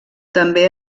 també